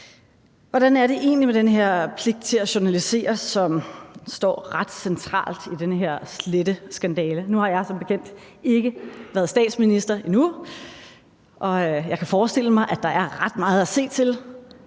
Hvordan er det egentlig med den her pligt til at journalisere, som står ret centralt i den her sletteskandale? Nu har jeg som bekendt ikke været statsminister endnu, og jeg kan forestille mig, at der er ret meget at se til.